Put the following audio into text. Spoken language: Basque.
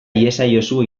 iezaiozu